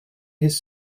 his